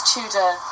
Tudor